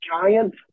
giant